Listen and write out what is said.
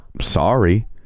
sorry